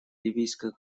ливийского